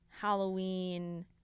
halloween